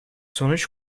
sonuç